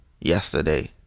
yesterday